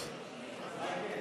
ובטעות